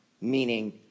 meaning